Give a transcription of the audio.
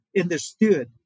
understood